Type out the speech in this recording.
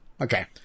Okay